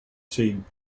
team